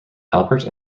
albert